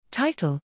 Title